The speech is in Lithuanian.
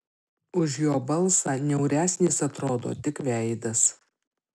už jo balsą niauresnis atrodo tik veidas